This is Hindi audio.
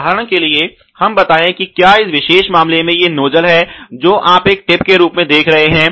उदाहरण के लिए हम बताएं कि क्या इस विशेष मामले में ये नोजल है जो आप एक टिप के रूप में देख रहे हैं